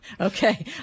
Okay